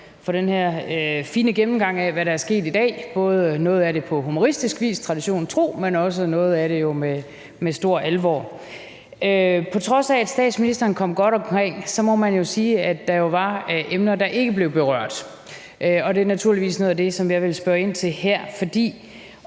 for den her fine gennemgang af, hvad der er sket i dag, noget af det på humoristisk vis – traditionen tro – men noget af det jo også med stor alvor. På trods af at statsministeren kom godt omkring, må man jo sige, at der var emner, der ikke blev berørt, og det er naturligvis noget af det, som jeg vil spørge ind til her. Op